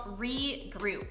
Regroup